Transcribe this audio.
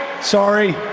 sorry